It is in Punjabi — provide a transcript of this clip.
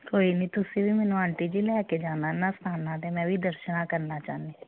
ਕੋਈ ਨਹੀਂ ਤੁਸੀਂ ਵੀ ਮੈਨੂੰ ਆਂਟੀ ਜੀ ਲੈ ਕੇ ਜਾਣਾ ਇਹਨਾ ਸਥਾਨਾਂ 'ਤੇ ਮੈਂ ਵੀ ਦਰਸ਼ਨ ਕਰਨਾ ਚਾਹੁੰਦੀ